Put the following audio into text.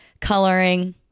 Coloring